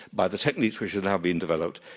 by the techniques which are now being developed,